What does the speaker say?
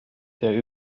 der